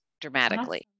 dramatically